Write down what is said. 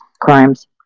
crimes